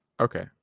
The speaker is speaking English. Okay